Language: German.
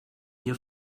hier